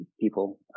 people